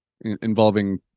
involving